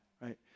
right